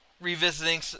revisiting